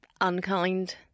unkind